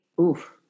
Oof